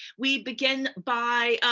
we begin by